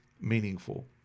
meaningful